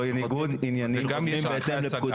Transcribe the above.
זה ניגוד עניינים מובהק.